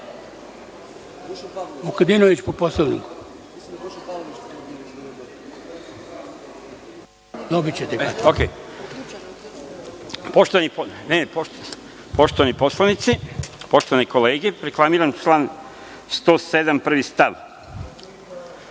Poštovani poslanici, poštovane kolege, reklamiram član 107.